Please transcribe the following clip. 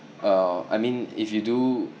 err I mean if you do